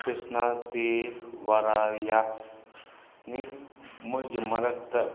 ꯈ꯭ꯔꯤꯁꯅꯥ ꯗꯦ ꯋꯔꯥꯌꯥꯅꯤ ꯃꯣꯏꯒꯤ ꯃꯔꯛꯇ